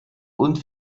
und